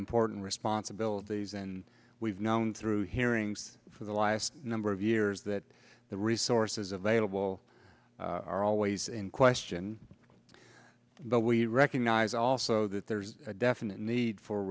important responsibilities and we've known through hearings for the last number of years that the resources available are always in question but we recognize also that there's a definite need for